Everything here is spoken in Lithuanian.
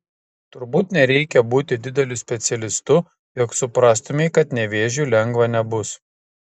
turbūt nereikia būti dideliu specialistu jog suprastumei kad nevėžiui lengva nebus